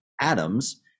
atoms